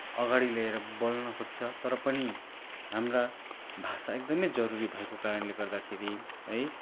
अगाडि लिएर बोल्न खोज्छ तर पनि हाम्रा भाषा एकदमै जरुरी भएको कारणले गर्दाखेरि है